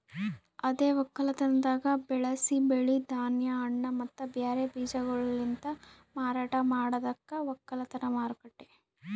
ಅದೇ ಒಕ್ಕಲತನದಾಗ್ ಬೆಳಸಿ ಬೆಳಿ, ಧಾನ್ಯ, ಹಣ್ಣ ಮತ್ತ ಬ್ಯಾರೆ ಬೀಜಗೊಳಲಿಂತ್ ಮಾರಾಟ ಮಾಡದಕ್ ಒಕ್ಕಲತನ ಮಾರುಕಟ್ಟೆ